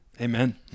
Amen